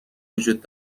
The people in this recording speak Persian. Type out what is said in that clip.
وجود